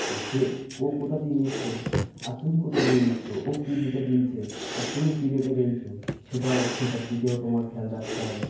তা সে ও কোথা দিয়ে নিচ্ছে আর তুমি কোথা দিয়ে নিচ্ছ ও কী রেটে কিনছে আর তুমি কী রেটে কিনছ সেটাও সেটার দিকেও তোমার খেয়াল রাখতে হবে